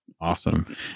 awesome